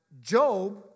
Job